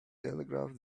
telegraph